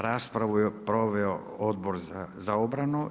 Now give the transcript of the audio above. Raspravu je proveo Odbor za obranu.